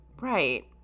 right